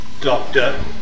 Doctor